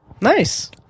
Nice